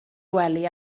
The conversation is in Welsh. gwely